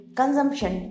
consumption